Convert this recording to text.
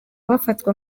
bafatwa